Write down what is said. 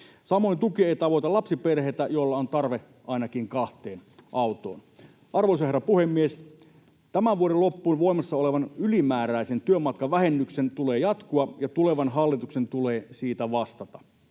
Samoin tuki ei tavoita lapsiperheitä, joilla on tarve ainakin kahteen autoon. Arvoisa herra puhemies! Tämän vuoden loppuun voimassa olevan ylimääräisen työmatkavähennyksen tulee jatkua ja tulevan hallituksen tulee siitä vastata,